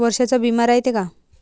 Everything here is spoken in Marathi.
वर्षाचा बिमा रायते का?